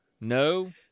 No